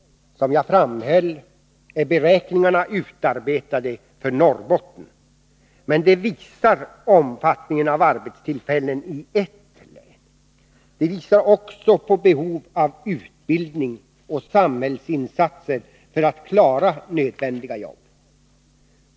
Som jag framhöll är beräkningarna utarbetade för Norrbotten. Men de visar omfattningen av arbetstillfällen i ett län. De visar också på ett behov av utbildning och samhällsinsatser för att klara nödvändiga jobb.